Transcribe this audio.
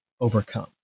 overcome